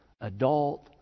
adult